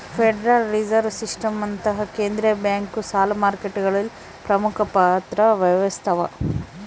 federal Reserve ಸಿಸ್ಟಮ್ನಂತಹ ಕೇಂದ್ರೀಯ bank ಸಾಲ ಮಾರುಕಟ್ಟೆಗಳಲ್ಲಿ ಪ್ರಮುಖ ಪಾತ್ರ ವಹಿಸ್ತವ